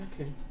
okay